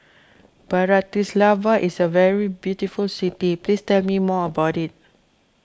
Bratislava is a very beautiful city please tell me more about it